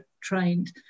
trained